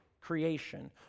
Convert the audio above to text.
creation